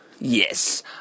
Yes